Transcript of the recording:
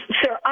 sir